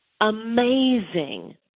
amazing